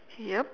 yup